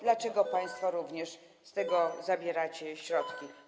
Dlaczego państwo również z tego zabieracie środki?